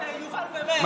יובל, באמת.